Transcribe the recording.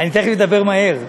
אני תכף אדבר מהר.